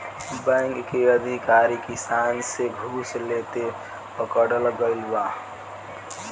bank के अधिकारी किसान से घूस लेते पकड़ल गइल ह